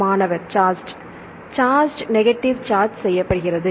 மாணவர் charged charged negative charge செய்யபடுகிறது